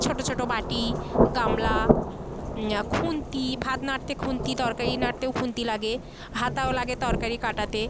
ছোটো ছোটো বাটি গামলা খুন্তি ভাত নাড়তে খুন্তি তরকারি নাড়তেও খুন্তি লাগে হাতাও লাগে তরকারি কাটাতে